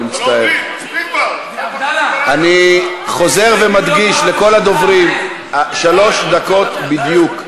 אני חוזר ומדגיש לכל הדוברים: שלוש דקות בדיוק.